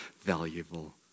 valuable